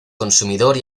consumidor